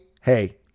hey